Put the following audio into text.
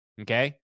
Okay